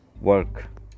work